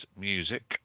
music